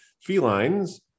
felines